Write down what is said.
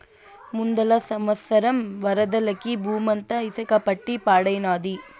ముందల సంవత్సరం వరదలకి బూమంతా ఇసక పట్టి పాడైనాది